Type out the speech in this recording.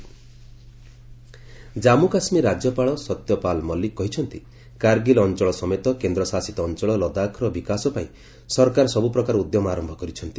Ladakh governor Jammu Kashmir ରାଜ୍ୟପାଳ ସତ୍ୟପାଲ ମଲ୍ଲିକ କହିଛନ୍ତି କାର୍ଗିଲ ଅଞ୍ଚଳ ସମେତ କେନ୍ଦ୍ରଶାସିତ ଅଞ୍ଚଳ ଲଦାଖର ବିକାଶ ପାଇଁ ସରକାର ସବୁପ୍ରକାର ଉଦ୍ୟମ ଆରମ୍ଭ କରିଛନ୍ତି